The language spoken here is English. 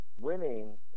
winning